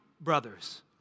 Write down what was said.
brothers